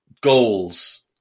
goals